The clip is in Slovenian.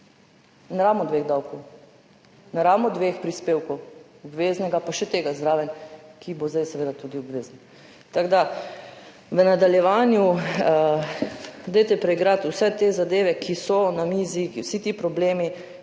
Ne rabimo dveh davkov, ne rabimo dveh prispevkov, obveznega pa še tega zraven, ki bo zdaj seveda tudi obvezen. Tako da v nadaljevanju dajte preigrati vse te zadeve, ki so na mizi, vsi ti problemi,